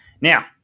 Now